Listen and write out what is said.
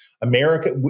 America